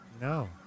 No